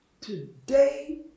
today